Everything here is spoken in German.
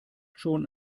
schon